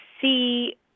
see